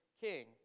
king